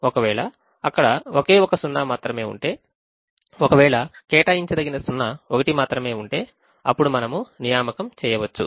ఒకవేళ అక్కడ ఓకే ఒక సున్నా మాత్రమే ఉంటే ఒకవేళ కేటాయించదగిన సున్నా ఒకటి మాత్రమే ఉంటే అప్పుడు మనము నియామకం చేయవచ్చు